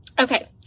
Okay